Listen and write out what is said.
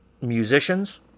musicians